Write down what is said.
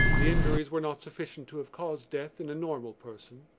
the injuries were not sufficient to have caused death in a normal person.